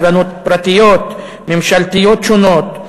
קרנות פרטיות וממשלתיות שונות.